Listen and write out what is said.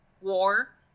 war